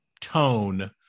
tone